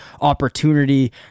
opportunity